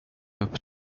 upp